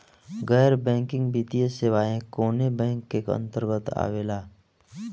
गैर बैंकिंग वित्तीय सेवाएं कोने बैंक के अन्तरगत आवेअला?